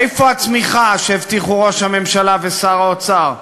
איפה הצמיחה שהבטיחו ראש הממשלה ושר האוצר?